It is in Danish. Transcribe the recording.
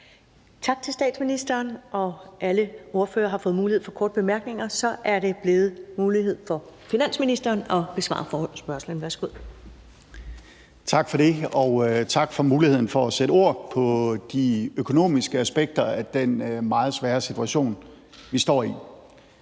Tak til statsministeren. Alle ordførere har fået mulighed for korte bemærkninger, og nu er det så muligt for finansministeren at besvare forespørgslen. Værsgo. Kl. 13:32 Finansministeren (Nicolai Wammen): Tak for det, og tak for muligheden for at sætte ord på de økonomiske aspekter af den meget svære situation, vi står i.